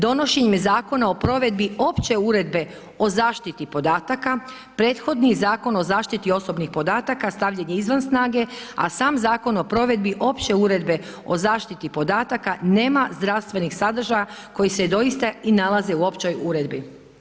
Donošenjem Zakona o provedbi opće uredbe o zaštiti podataka, prethodni Zakon o zaštiti osobnih podataka stavljen je izvan snage, a sam Zakon o provedbi opće uredbe o zaštiti podataka nema zdravstvenih sadržaja koji se doista i nalaze u općoj uredbi.